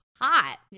hot